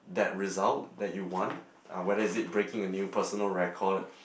that result that you want uh whether it's breaking a new personal record